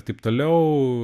taip toliau